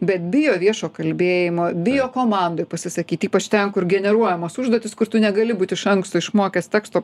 bet bijo viešo kalbėjimo bijo komandoj pasisakyt ypač ten kur generuojamos užduotys kur tu negali būt iš anksto išmokęs teksto